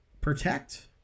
protect